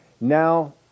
now